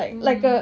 mm